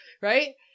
Right